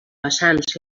vessants